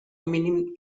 mínim